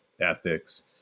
ethics